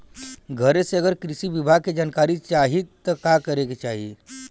घरे से अगर कृषि विभाग के जानकारी चाहीत का करे के चाही?